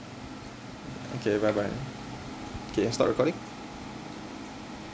okay bye bye K stop recording